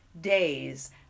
days